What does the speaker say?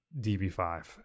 DB5